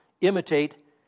imitate